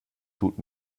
tut